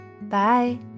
bye